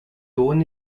dawn